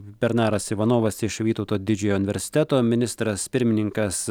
bernaras ivanovas iš vytauto didžiojo universiteto ministras pirmininkas